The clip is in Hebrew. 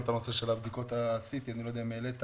בדיקת ה-CT שמדובר עליה